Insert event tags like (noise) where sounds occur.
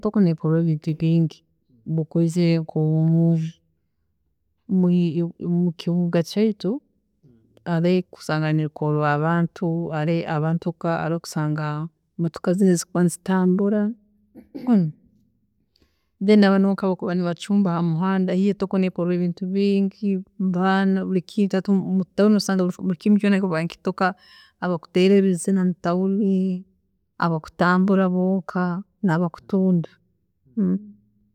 ﻿Etoko nekorwa ebintu bingi, mukozire nko munju mwi- mukibuga kyaitu, haroho ebi okusanga nibikorwa abantu, haroho okusanga motoka zinu ezikuba nizitambura, (hesitation) then nabanu bonka abakuba nibacumba hamuhanda, haihi etoko nekorwa ebintu bingi, baana buri kintu hati mu town osanga burikimu kyoona nikitoka nikitoka hati abakuteera ebizina mu town, abakutambura boonka, nabakutunda. (hesitation)